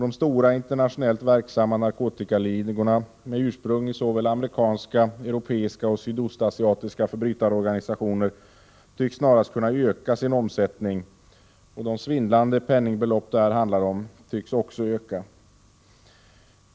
De stora internationellt verksamma narkotikaligorna med ursprung i amerikanska, europeiska och sydostasiatiska förbrytarorganisationer tycks snarast kunna öka sin omsättning. Även de svindlande penningbelopp som det här handlar om tycks öka.